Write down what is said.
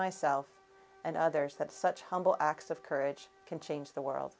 myself and others that such humble acts of courage can change the world